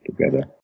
together